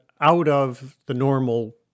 out-of-the-normal